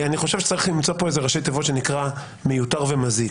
אני חושב שצריך למצוא פה איזה ראשי תיבות שנקרא: מיותר ומזיק.